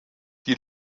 die